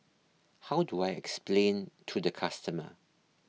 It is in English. how do I explain to the customer